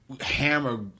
Hammer